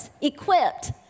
equipped